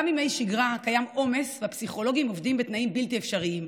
גם בימי שגרה קיים עומס והפסיכולוגים עובדים בתנאים בלתי אפשריים,